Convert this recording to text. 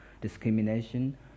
discrimination